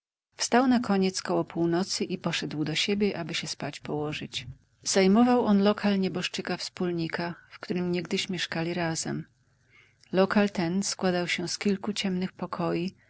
pomysłów na pojutrze wstał nakoniec koło północy i poszedł do siebie aby się spać położyć zajmował on lokal nieboszczyka wspólnika w którym niegdyś mieszkali razem lokal ten składał się z kilku ciemnych pokoi